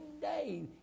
day